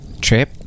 trip